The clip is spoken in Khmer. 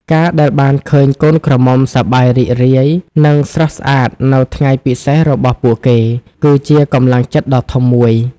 ការដែលបានឃើញកូនក្រមុំសប្បាយរីករាយ និងស្រស់ស្អាតនៅថ្ងៃពិសេសរបស់ពួកគេ គឺជាកម្លាំងចិត្តដ៏ធំមួយ។